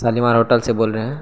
Shalimar hotel سے بول رہے ہیں